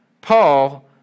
Paul